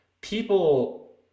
people